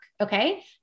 Okay